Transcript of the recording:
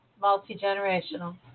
multi-generational